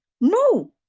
No